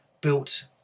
built